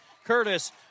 Curtis